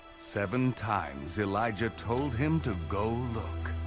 seven times elijah told him to go look.